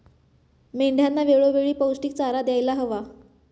मेंढ्यांना वेळोवेळी पौष्टिक चारा द्यायला हवा